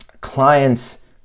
client's